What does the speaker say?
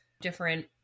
different